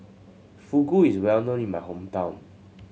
Fugu is well known in my hometown